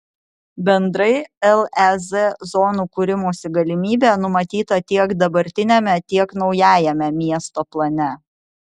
bendrai lez zonų kūrimosi galimybė numatyta tiek dabartiname tiek naujajame miesto plane